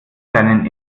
deinen